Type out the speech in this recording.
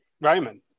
Roman